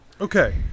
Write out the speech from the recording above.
Okay